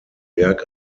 berg